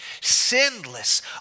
sinless